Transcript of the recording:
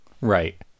Right